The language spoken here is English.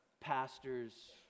pastors